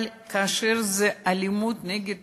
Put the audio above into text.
אבל כאשר זה אלימות נגד